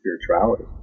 spirituality